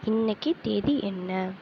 இன்னைக்கு தேதி என்ன